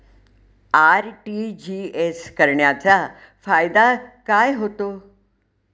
RTGS करण्याचा फायदा काय होतो?